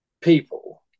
people